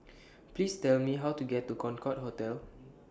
Please Tell Me How to get to Concorde Hotel